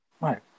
Right